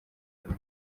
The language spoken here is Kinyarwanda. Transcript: vuba